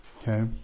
Okay